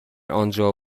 آنجا